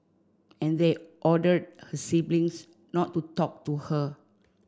and they ordered her siblings not to talk to her